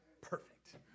Perfect